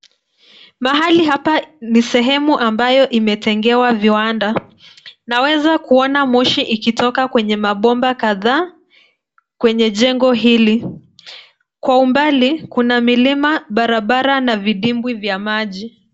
Mahali hapa ni sehemu ambayo imetengewa viwanda. Naweza kuona moshi ikitoka kwenye mabomba kadhaa kwenye jengo hili. Kwa umbali kuna milima, barabara na vidimbwi vya maji.